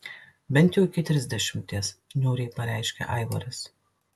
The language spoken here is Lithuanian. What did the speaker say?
bent jau iki trisdešimties niūriai pareiškė aivaras